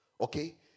okay